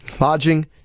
lodging